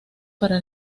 para